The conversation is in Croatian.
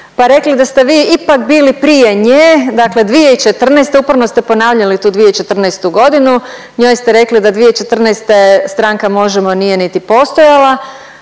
pa rekli da ste vi ipak bili prije nje, dakle 2014. uporno ste ponavljali tu 2014. godinu, njoj ste rekli da 2014. stranka Možemo! nije niti postojala.